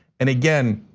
and again,